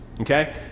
okay